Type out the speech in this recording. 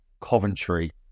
Coventry